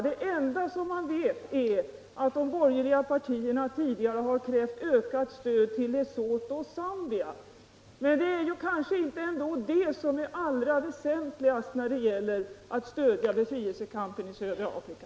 Det enda man vet är att de borgerliga partierna tidigare har krävt Öökat stöd till Lesotho och Zambia, men det är kanske ändå inte det allra väsentligaste när det gäller att stödja befrielsekampen i södra Afrika.